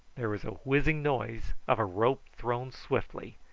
there was the whizzing noise of a rope thrown swiftly,